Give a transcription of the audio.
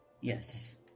Yes